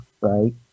right